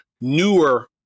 newer